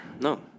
No